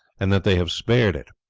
and that they have spared it,